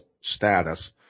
status